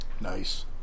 Nice